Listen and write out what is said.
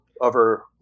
Over